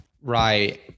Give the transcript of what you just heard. Right